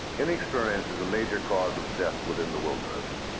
inexperience is a major cause of death within the wilderness.